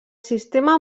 sistema